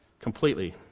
completely